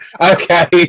Okay